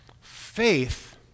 Faith